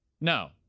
No